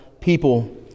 people